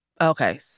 Okay